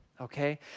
okay